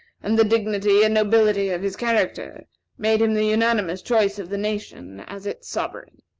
and the dignity and nobility of his character made him the unanimous choice of the nation as its sovereign.